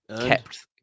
Kept